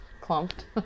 Clumped